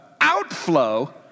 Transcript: outflow